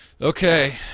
Okay